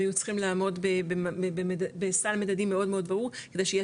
היו צריכים לעמוד בסל מדדים מאוד מאוד ברור כדי שיהיה